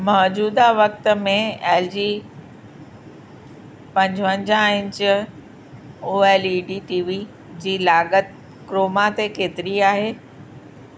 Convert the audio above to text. मौजूदा वक़्त में एलजी पंजवंजाहु inch O L E D TV जी लाॻत क्रोमा ते केतरी आहे